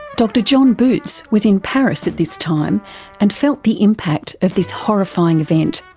dr john boots was in paris at this time and felt the impact of this horrifying event.